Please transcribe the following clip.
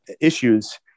issues